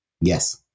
Yes